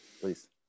Please